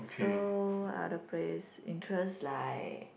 so other place interest like